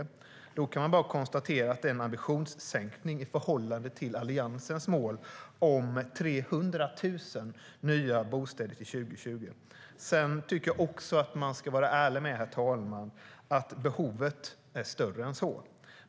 Då kan man bara konstatera att det är en ambitionssänkning i förhållande till Alliansens mål om 300 000 nya bostäder till 2020. Sedan tycker jag att man ska vara ärlig med, herr talman, att behovet är större än så.